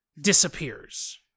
disappears